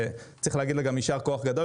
וצריך להגיד לה - יישר כוח גדול.